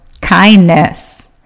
kindness